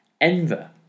Enver